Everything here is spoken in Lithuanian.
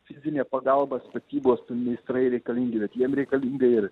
fizinė pagalba statybos meistrai reikalingi bet jiem reikalinga ir